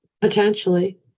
Potentially